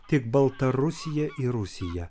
tik baltarusija į rusiją